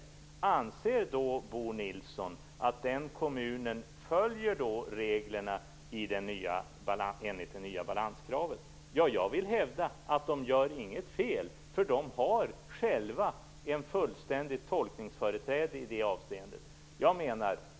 Anser Bo Nilsson att den kommunen följer reglerna enligt det nya balanskravet? Jag vill hävda att den inte gör något fel. Kommunen har själv ett fullständigt tolkningsföreträde i det avseendet.